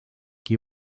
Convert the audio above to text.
qui